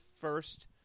first